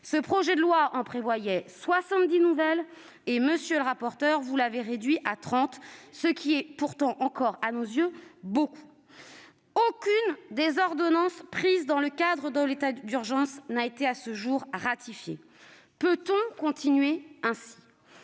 Ce projet de loi en prévoyait 70 nouvelles et, monsieur le rapporteur, vous les avez réduites à 30, ... Oui !... ce qui est encore trop à nos yeux. Aucune des ordonnances prises dans le cadre de l'état d'urgence n'a été à ce jour ratifiée. Peut-on continuer ainsi ?